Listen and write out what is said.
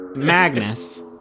Magnus